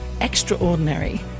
extraordinary